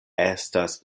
estas